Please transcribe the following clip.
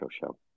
Show